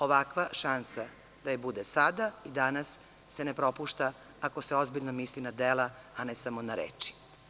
Ovakva šansa da je bude sada i danas se ne propušta ako se ozbiljno misli na dela a ne samo na reči.